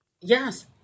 Yes